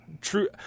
true